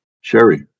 Sherry